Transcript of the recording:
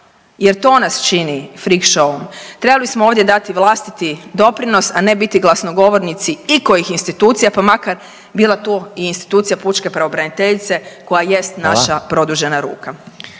jer to nas čini freak show-om, trebali smo ovdje dati vlastiti doprinos, a ne biti glasnogovornici ikojih institucija pa makar bila tu i institucija pučke pravobraniteljice koja jest naša …/Upadica: